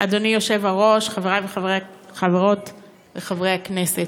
אדוני היושב-ראש, חברות וחברי הכנסת,